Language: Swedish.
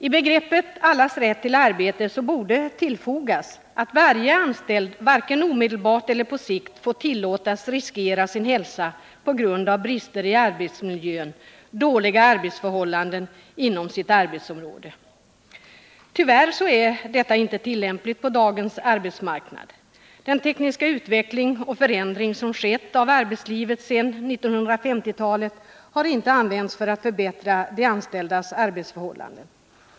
I begreppet Allas rätt till arbete borde tillfogas att varje anställd varken omedelbart eller på sikt får tillåtas riskera sin hälsa på grund av brister i arbetsmiljön eller dåliga arbetsförhållanden inom sitt arbetsområde. Tyvärr så är detta inte tillämpligt på dagens arbetsmarknad. Den tekniska utveckling och förändring som skett av arbetslivet sedan 1950-talet har inte använts för att förbättra de anställdas arbetsförhållanden.